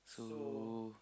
so